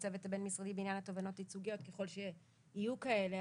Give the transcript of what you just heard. ככל שיהיו כאלה.